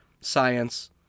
science